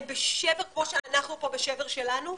הם בשבר, כמו שאנחנו פה בשבר שלנו,